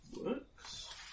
works